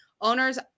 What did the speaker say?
Owners